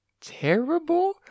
terrible